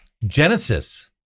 Genesis